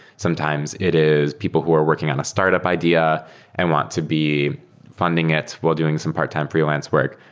sometimes it is people who are working on a startup idea and want to be funding it while doing some part time freelance work.